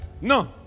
No